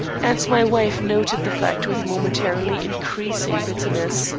and my wife noted the fact with momentarily increasing bitterness